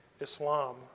Islam